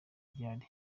ryari